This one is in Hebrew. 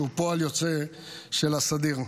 שהם פועל יוצא של הסדיר.